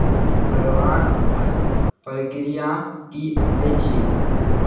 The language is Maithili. करबाक प्रक्रिया की अछि